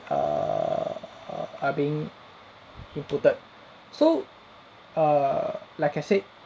err are being recruited so err like I said